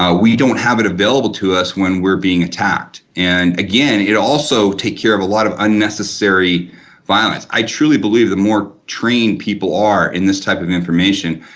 ah we don't have it available to us when we're being attacked. and again it also take care of a lot of unnecessary violence. i truly believe the more trained people are in this type of information,